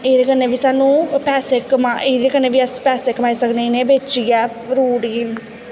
एह्दे कन्नै बी सानूं एह्दे कन्नै बी अस पैसे कमाई सकने इ'नें बेचियै फ्रूट गी